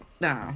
No